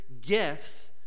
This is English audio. gifts